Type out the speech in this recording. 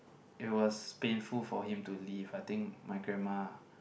it was painful for him to leave I think my grandma